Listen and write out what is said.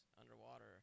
underwater